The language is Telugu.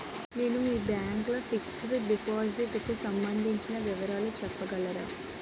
నేను మీ బ్యాంక్ లో ఫిక్సడ్ డెపోసిట్ కు సంబందించిన వివరాలు చెప్పగలరా?